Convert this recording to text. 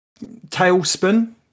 Tailspin